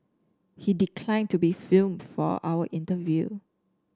he declined to be film for our interview